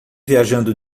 viajando